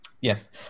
Yes